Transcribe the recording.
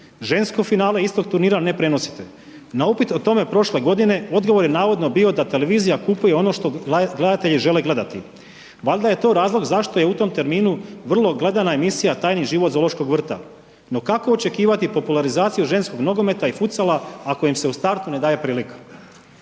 žensko finale istog turnira ne prenosite, na upit o tome prošle godine, odgovor je navodno bio da televizija kupuje ono što gledatelji žele gledati. Valjda je to razlog zašto je u tom terminu vrlo gledana emisija Tajni život zoološkog vrta, no kako očekivati popularizaciju ženskog nogometa i …/nerazumljivo/… ako im se u startu ne daje prilika.“